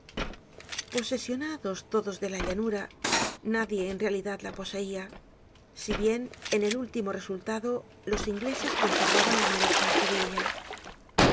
posesionados todos de la llanura nadie en realidad la poseia si bien en último resultado los ingleses conservaban la mayor parte de ella